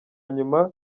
nyuma